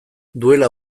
duela